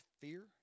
fear